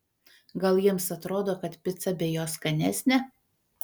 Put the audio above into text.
gal jiems atrodo kad pica be jo skanesnė